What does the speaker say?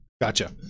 gotcha